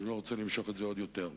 אני לא רוצה למשוך את זה עוד יותר,